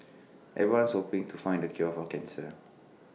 everyone's hoping to find the cure for cancer